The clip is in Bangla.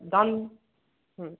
ডান